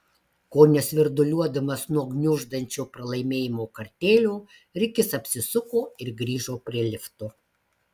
kone svirduliuodamas nuo gniuždančio pralaimėjimo kartėlio rikis apsisuko ir grįžo prie lifto